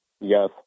Yes